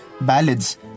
ballads